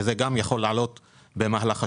והיא יכולה לעלות גם במהלך השנה.